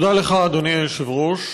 תודה לך, אדוני היושב-ראש.